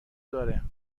داره